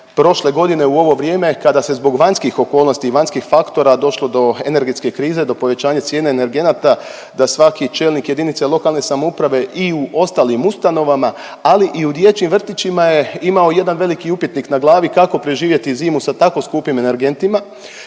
prošle godine u ovo vrijeme kada se zbog vanjskih okolnosti i vanjskih faktora došlo do energetske krize, do povećanja cijene energenata, da svaki čelnik jedinice lokalne samouprave i u ostalim ustanovama, ali u dječjim vrtićima je imao jedan veliki upitnik na glavi kako preživjeti zimu sa tako skupim energentima